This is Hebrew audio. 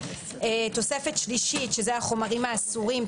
תוספת שלישית, החומרים האסורים.